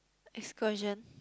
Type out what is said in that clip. eclosion